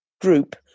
group